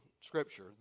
Scripture